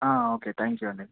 okay thank you అండి